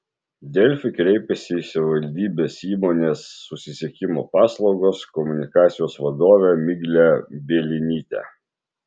delfi kreipėsi į savivaldybės įmonės susisiekimo paslaugos komunikacijos vadovę miglę bielinytę